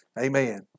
amen